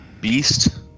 beast